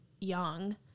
young